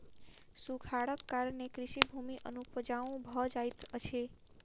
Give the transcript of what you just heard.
सूखाड़क कारणेँ कृषि भूमि अनुपजाऊ भ जाइत अछि